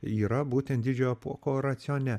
yra būtent didžiojo apuoko racione